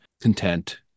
content